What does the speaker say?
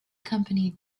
company